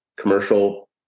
commercial